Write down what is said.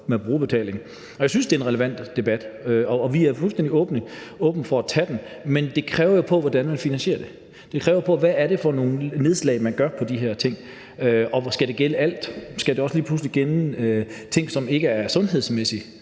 med brugerbetaling? Jeg synes, det er en relevant debat, og vi er fuldstændig åbne for at tage den. Men det kræver jo, vi kigger på, hvordan man finansierer det. Det kræver, vi kigger på, hvilke nedslag man gør på de her ting. Og skal det gælde alt? Skal det også lige pludselig gælde ting, som ikke er sundhedsmæssige?